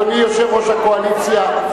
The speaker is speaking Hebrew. יושב-ראש הקואליציה.